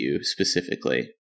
specifically